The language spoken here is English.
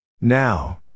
Now